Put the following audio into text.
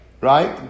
right